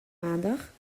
maandag